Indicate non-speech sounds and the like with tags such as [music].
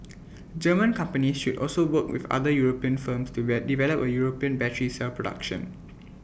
German companies should also work with other european firms to [unintelligible] develop A european battery cell production